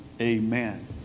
Amen